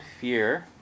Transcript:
fear